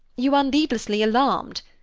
you are needlessly alarmed.